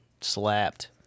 slapped